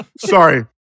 sorry